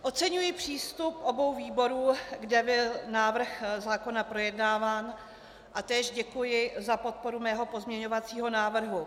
Oceňuji přístup obou výborů, kde byl návrh zákona projednáván, a též děkuji za podporu mého pozměňovacího návrhu.